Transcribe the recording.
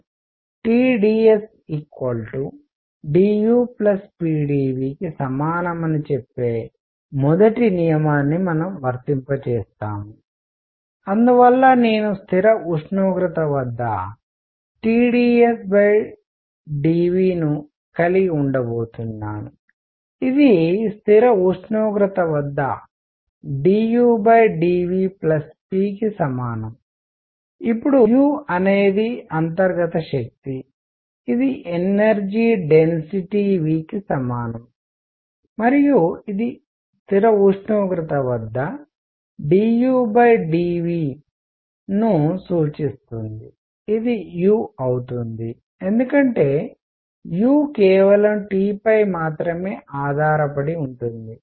T dS d U p dV కి సమానమని చెప్పే మొదటి నియమాన్ని మనము వర్తింపజేస్తాము అందువల్ల నేను స్థిర ఉష్ణోగ్రత వద్ద T dS d V ను కలిగి ఉండబోతున్నాను ఇది స్థిర ఉష్ణోగ్రత వద్ద d U d V p కి సమానం ఇప్పుడు U అనేది అంతర్గత శక్తి ఇది ఎనర్జీ డెన్సిటీ V కి సమానం మరియు ఇది స్థిర ఉష్ణోగ్రత వద్ద d U dV ను సూచిస్తుంది ఇది U అవుతుంది ఎందుకంటే U కేవలం T పై మాత్రమే ఆధారపడి ఉంటుంది